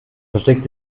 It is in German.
versteckt